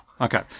Okay